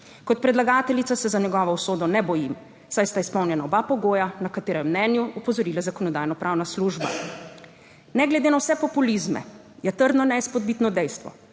Kot predlagateljica se za njegovo usodo ne bojim, saj sta izpolnjena oba pogoja, na katere je v mnenju opozorila Zakonodajno-pravna služba. Ne glede na vse populizme je trdno neizpodbitno dejstvo,